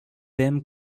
them